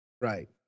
Right